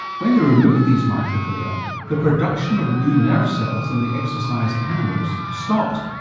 when they removed these microglia the production of new nerve cells in the exercised animals stopped.